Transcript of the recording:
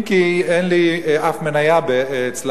אם כי אין לי אף מניה אצלם,